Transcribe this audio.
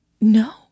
No